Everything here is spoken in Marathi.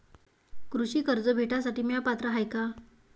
कृषी कर्ज भेटासाठी म्या पात्र हाय का?